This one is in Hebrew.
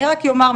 אני רק אומר,